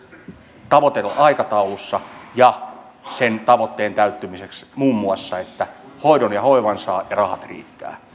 tavoitteet ovat aikataulussa muun muassa sen tavoitteen täyttymiseksi että hoidon ja hoivan saa ja rahat riittää